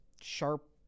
sharp